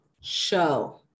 show